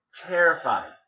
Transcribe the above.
Terrified